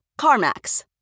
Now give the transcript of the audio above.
CarMax